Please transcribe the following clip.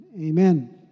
Amen